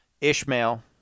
Ishmael